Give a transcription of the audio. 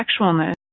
sexualness